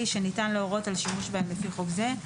שניתן להורות על שימוש בהם לפי חוק זה.